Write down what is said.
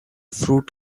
fruit